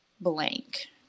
blank